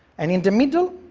and in the middle,